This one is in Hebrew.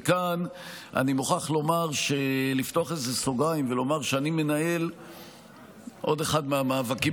וכאן אני מוכרח לפתוח איזה סוגריים ולומר שעוד אחד מהמאבקים